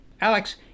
Alex